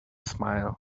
smile